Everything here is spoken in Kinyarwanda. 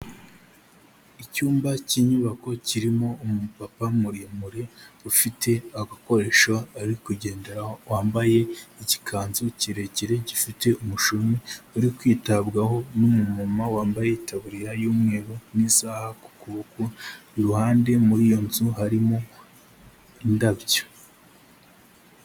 Icyumba cy'inyubako kirimo umupapa muremure ufite agakoresho ari kugenderaho, wambaye igikanzu kirekire gifite umushumi uri kwitabwaho n'umumuma wambaye itaburiya y'umweru n'isaha ku kuboko, iruhande muri iyi nzu harimo indabyo.